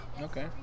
Okay